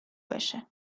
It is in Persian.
بشه